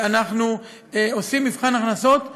אנחנו עושים מבחן הכנסות קל,